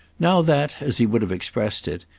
now that, as he would have expressed it,